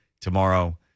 Tomorrow